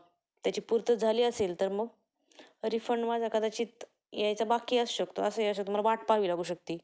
त्याची पूर्तता झाली असेल तर मग रिफंड माझा कदाचित यायचा बाकी असू शकतो असं या मला वाट पाहावी लागू शकते